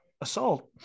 assault